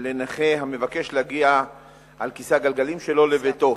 לנכה המבקש להגיע על כיסא הגלגלים שלו לביתו.